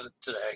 today